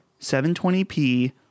720p